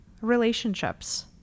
Relationships